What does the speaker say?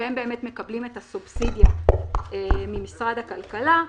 והם באמת מקבלים את הסובסידיה ממשרד הכלכלה,